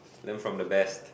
learn from the best